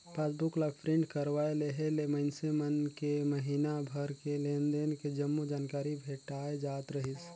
passbook ला print करवाये लेहे ले मइनसे मन के महिना भर के लेन देन के जम्मो जानकारी भेटाय जात रहीस